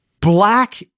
Black